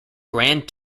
grand